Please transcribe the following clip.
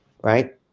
right